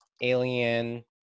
alien